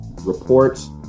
reports